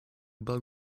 bug